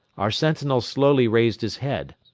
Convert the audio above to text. our sentinel slowly raised his head.